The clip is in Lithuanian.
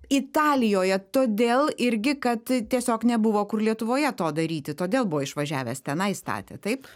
italijoje todėl irgi kad tiesiog nebuvo kur lietuvoje to daryti todėl buvo išvažiavęs tenai statė taip